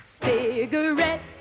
cigarette